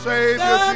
Savior